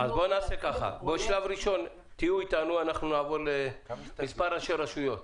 בשלב הראשון נעבור למספר ראשי רשויות.